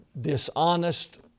dishonest